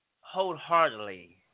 wholeheartedly